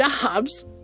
jobs